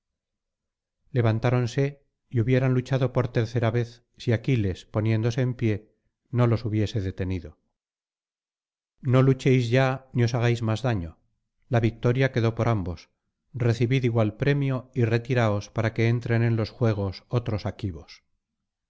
levantáronse y hubieran luchado por tercera vez si aquiles poniéndose en pie no los hubiese detenido no luchéis ya ni os hagáis más daño la victoria quedó por ambos recibid igual premio y retiraos para que entren en los juegos otros aquivos